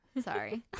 Sorry